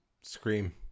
Scream